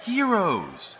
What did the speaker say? Heroes